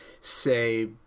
say